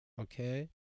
Okay